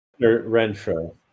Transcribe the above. Renfro